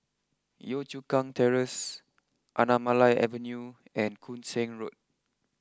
Yio Chu Kang Terrace Anamalai Avenue and Koon Seng Road